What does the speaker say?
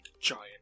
giant